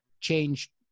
change